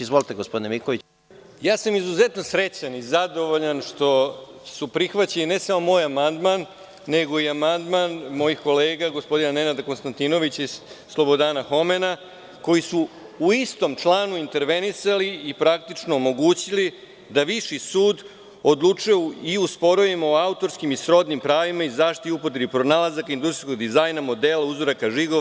Izuzetno sam srećan i zadovoljan što su prihvaćeni, ne samo moj amandman, nego i amandman mojih kolega, gospodina Nenada Konstantinovića i Slobodana Homena, koji su u istom članu intervenisali i praktično omogućili da Viši sud odlučuje i u sporovima o autorskim i srodnim pravima i zaštiti upotrebe pronalazaka, industrijskog dizajna, modela, uzoraka, žigova.